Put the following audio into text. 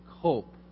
cope